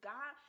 God